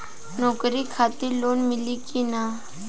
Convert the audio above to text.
नौकरी खातिर लोन मिली की ना?